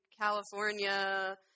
California